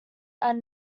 are